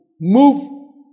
move